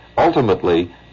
Ultimately